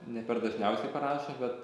ne per dažniausiai parašo bet